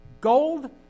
Gold